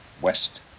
West